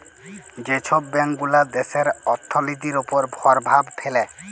যে ছব ব্যাংকগুলা দ্যাশের অথ্থলিতির উপর পরভাব ফেলে